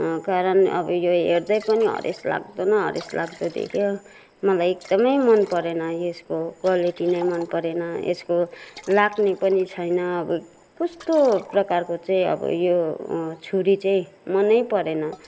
कारण अब यो हेर्दै पनि हरेसलाग्दो न हरेसलाग्दो देख्यो मलाई एकदमै मन परेन यसको क्वालिटी नै मन परेन यसको लाग्ने पनि छैन कस्तो प्रकारको चाहिँ अब यो छुरी चाहिँ मनै परेन